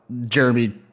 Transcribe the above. jeremy